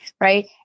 Right